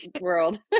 world